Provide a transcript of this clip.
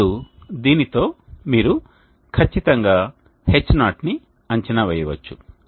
ఇప్పుడు దీనితో మీరు ఖచ్చితంగా H0 ని అంచనా వేయవచ్చు